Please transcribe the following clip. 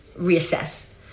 reassess